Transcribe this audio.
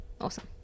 Awesome